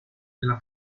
della